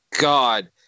god